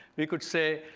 we could say,